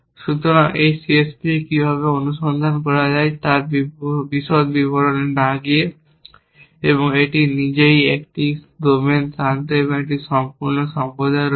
সুতরাং এই C S P কীভাবে অনুসন্ধান করা হয় তার বিশদ বিবরণে না গিয়ে এবং এটি নিজেই একটি ডোমেন শান্ত এবং একটি সম্পূর্ণ সম্প্রদায় রয়েছে